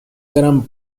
برم